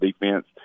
defense